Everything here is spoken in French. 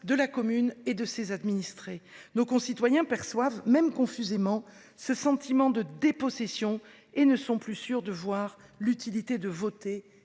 de la commune et de ses administrés. Nos concitoyens perçoivent, même confusément, ce sentiment de dépossession et ne sont plus sûrs de voir l'utilité de voter